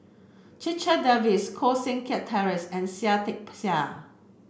Checha Davies Koh Seng Kiat Terence and Seah Peck Seah